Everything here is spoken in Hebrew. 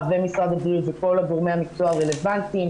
ומשרד הבריאות וכל גורמי המקצוע הרלוונטיים,